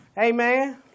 amen